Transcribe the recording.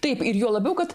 taip ir juo labiau kad